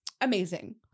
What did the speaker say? amazing